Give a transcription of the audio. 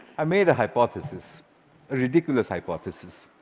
i made a hypothesis, a ridiculous hypothesis.